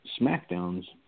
SmackDown's